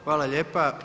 Hvala lijepa.